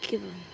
के भन्नु